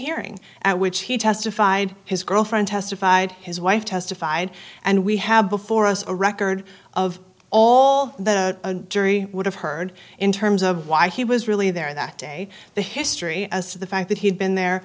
hearing at which he testified his girlfriend testified his wife testified and we have before us a record of all that a jury would have heard in terms of why he was really there that day the history as to the fact that he had been there